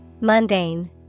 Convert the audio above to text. Mundane